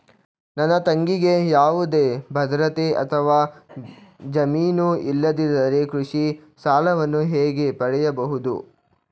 ನನ್ನ ತಂಗಿಗೆ ಯಾವುದೇ ಭದ್ರತೆ ಅಥವಾ ಜಾಮೀನು ಇಲ್ಲದಿದ್ದರೆ ಕೃಷಿ ಸಾಲವನ್ನು ಹೇಗೆ ಪಡೆಯಬಹುದು?